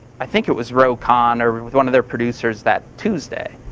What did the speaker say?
i think it was roe conn, or with one of their producers that tuesday,